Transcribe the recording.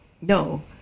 no